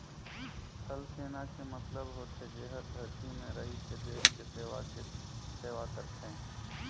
थलसेना के मतलब होथे जेहर धरती में रहिके देस के सेवा के सेवा करथे